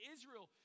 Israel